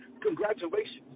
Congratulations